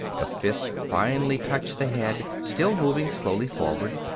the fist finally touched the head, still moving slowly forward,